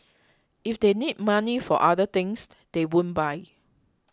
if they need money for other things they won't buy